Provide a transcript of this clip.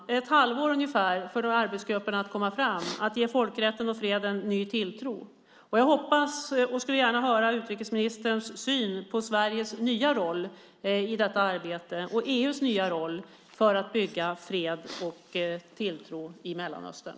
Arbetsgrupperna har ungefär ett halvår för att komma framåt och ge folkrätten och freden en ny tilltro. Jag skulle gärna höra utrikesministerns syn på Sveriges nya roll i detta arbete och på EU:s nya roll för att bygga fred och tilltro i Mellanöstern.